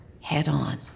head-on